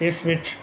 ਇਸ ਵਿੱਚ